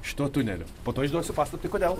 šituo tuneliu po to išduosiu paslaptį kodėl